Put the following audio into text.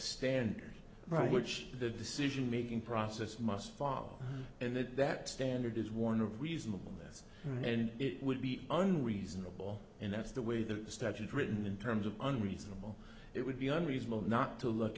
standard right which the decision making process must follow and that that standard is one of reasonableness and it would be unreasonable and that's the way the statute written in terms of unreasonable it would be unreasonable not to look